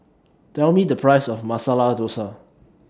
Tell Me The Price of Masala Dosa